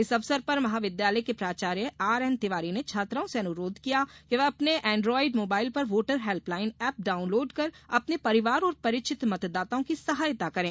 इस अवसर पर महाविद्यालय के प्राचार्य आरएन तिवारी ने छात्राओं से अनुरोध किया कि वे अपने एंड्रायड मोबाईल पर वोटर हेल्पलाईन एप डाऊनलोड कर अपने परिवार और परिचित मतदाताओं की सहायता करें